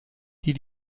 die